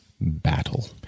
battle